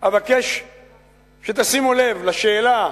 אבקש שתשימו לב לשאלה,